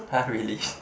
(huh) really